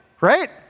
right